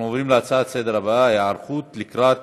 אנחנו עוברים להצעה לסדר הבאה: היערכות לקראת